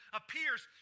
appears